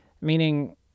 Meaning